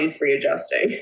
readjusting